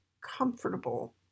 comfortable